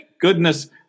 goodness